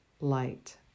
light